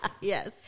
Yes